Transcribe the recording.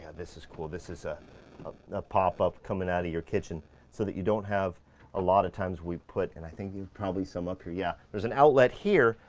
this is cool. this is ah a pop up coming out of your kitchen so that you don't have a lot of times we put, and i think you've probably sum up here. yeah, there's an outlet here,